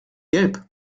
gelb